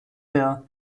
her